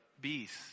beast